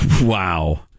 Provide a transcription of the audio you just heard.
Wow